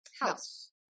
house